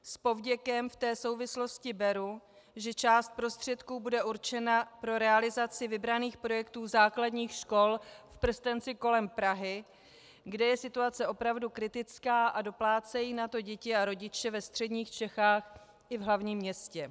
S povděkem v té souvislosti beru, že část prostředků bude určena pro realizaci vybraných projektů základních škol v prstenci kolem Prahy, kde je situace opravdu kritická, a doplácejí na to děti a rodiče ve středních Čechách i v hlavním městě.